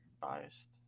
Biased